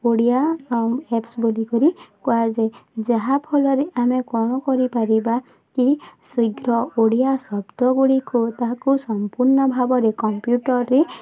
Odia apps ବୋଲିକରି କୁହାଯାଏ ଯାହା ଫଳରେ ଆମେ କ'ଣ କରିପାରିବା କି ଶୀଘ୍ର ଓଡ଼ିଆ ଶବ୍ଦଗୁଡ଼ିକୁ ତାହାକୁ ସମ୍ପୂର୍ଣ୍ଣ ଭାବରେ କମ୍ପ୍ୟୁଟରରେ